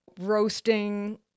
roasting